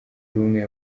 rumwe